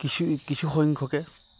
কিছু কিছুসংখ্যকে